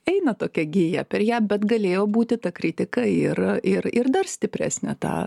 eina tokia gija per ją bet galėjo būti ta kritika ir ir ir dar stipresnė tą